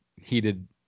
heated